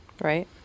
Right